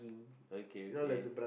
okay okay